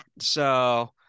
So-